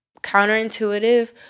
counterintuitive